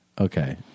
okay